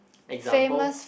example